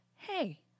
Hey